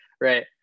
right